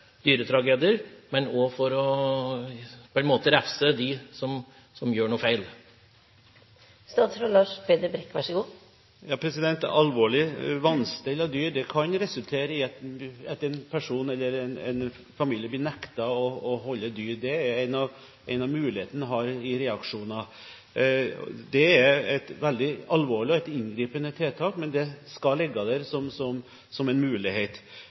dyretragedier og for å refse dem som gjør noe feil. Alvorlig vanstell av dyr kan resultere i at en person eller en familie blir nektet å holde dyr. Det er en av mulighetene man har når det gjelder reaksjoner. Det er et veldig alvorlig og inngripende tiltak, men det skal ligge der som en mulighet.